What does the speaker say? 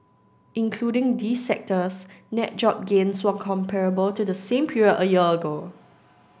including these sectors net job gains were comparable to the same period a year ago